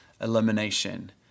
elimination